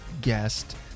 guest